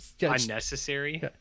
unnecessary